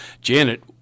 Janet